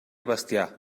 bestiar